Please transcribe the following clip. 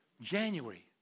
January